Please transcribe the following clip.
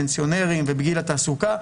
פנסיונרים ובגיל התעסוקה,